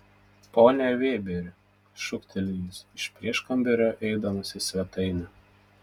pone vėberi šūkteli jis iš prieškambario eidamas į svetainę